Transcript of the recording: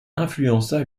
influencera